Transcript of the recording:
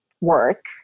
work